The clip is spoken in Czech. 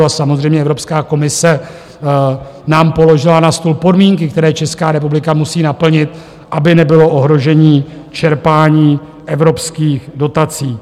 A samozřejmě Evropská komise nám položila na stůl podmínky, které Česká republika musí naplnit, aby nebylo ohroženo čerpání evropských dotací.